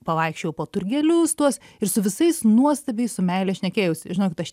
pavaikščiojau po turgelius tuos ir su visais nuostabiai su meile šnekėjausi žinokit aš